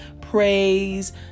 Praise